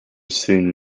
soon